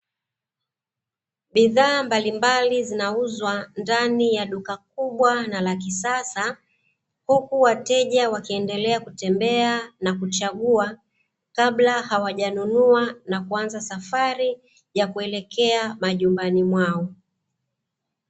Bidhaa mbalimbali zinauzwa ndani ya duka kubwa na la kisasa, huku wateja wakiendelea kutembea na kuchagua kabla hawajanunua na kuanza safari ya kuelekea majumbani mwao.